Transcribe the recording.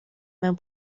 mewn